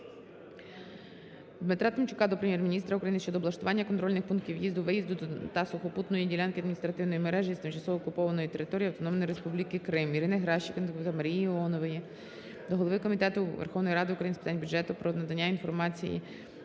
Дмитра Тимчука до Прем'єр-міністра України щодо облаштування контрольних пунктів в'їзду/виїзду та сухопутної ділянки адміністративної межі з тимчасово окупованою територією Автономної республіки Крим. Ірини Геращенко та Марії Іонової до Голови Комітету Верховної Ради України з питань бюджету про надання інформації